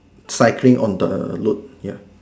cycling on the road